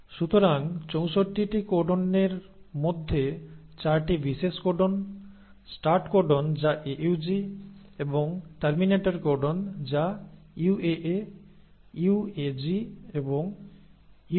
সুতরাং 64 টি কোডনের মধ্যে 4 টি বিশেষ কোডন স্টার্ট কোডন যা AUG এবং টার্মিনেটর কোডন যা UAA UAG এবং UGA